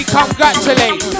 congratulate